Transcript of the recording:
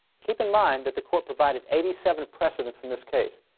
keep in mind that the court provided eighty seven precedents in this case.